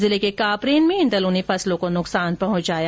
जिले के कापरेन में इन दलों ने फसलों को नुकसान पहुंचाया